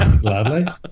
gladly